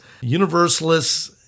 universalists